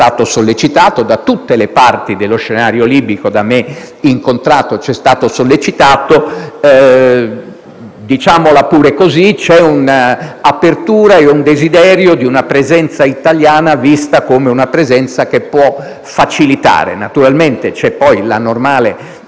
più parti e da tutte le parti dello scenario libico da me incontrate. Diciamola pure così: c'è un'apertura e un desiderio di presenza italiana, vista come una presenza che può facilitare. Naturalmente, c'è poi la normale